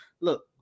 look